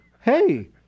hey